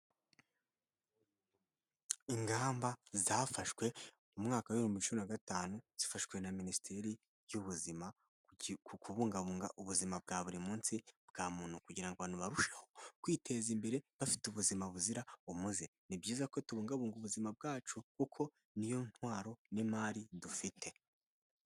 Ingamba zafashwe mu mwaka w'ibihumbi cumi na gatanu zifashwe na minisiteri y'ubuzima ku kubungabunga ubuzima bwa buri munsi bwa muntu kugira ngo abantu barusheho kwiteza imbere bafite ubuzima buzira umuze. Ni byiza ku tubungabunga ubuzima bwacu kuko niyo ntwaro n'imari dufite.